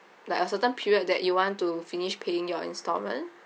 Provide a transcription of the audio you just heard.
like a certain period that you want to finish paying your installment